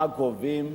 מה גובים,